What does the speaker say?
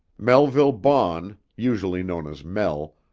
melville baughn, usually known as mel,